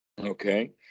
Okay